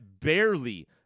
barely